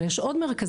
אבל יש עוד מרכזים,